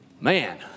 man